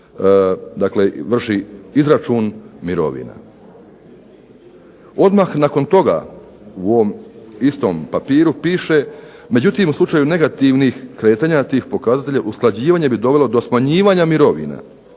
se vrši izračun mirovina. Odmah nakon toga u ovom istom papiru piše, u slučaju negativnih kretanja tih pokazatelja usklađivanje bi dovelo do smanjivanja mirovina.